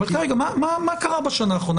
אבל כרגע מה קרה בשנה האחרונה,